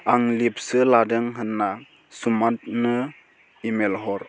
आं लिभसो लादों होनना सुमान्तनो इमेल हर